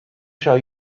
shall